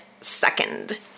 second